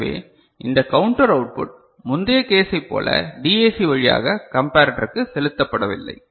எனவே இந்த counter output முந்தைய கேஸைப் போல டிஏசி வழியாக கம்பரடருக்கு செலுத்தப்படவில்லை